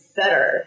better